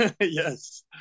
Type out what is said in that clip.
Yes